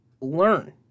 learn